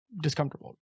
discomfortable